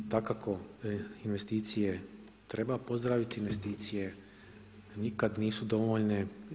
Dakako investicije treba pozdraviti, investicije nikad nisu dovoljne.